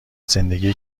زندگی